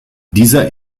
dieser